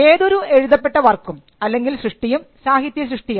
ഏതൊരു എഴുതപ്പെട്ട വർക്കും അല്ലെങ്കിൽ സൃഷ്ടിയും സാഹിത്യ സൃഷ്ടിയാണ്